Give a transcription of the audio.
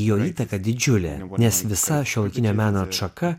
jo įtaka didžiulė nes visa šiuolaikinio meno atšaka